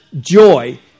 joy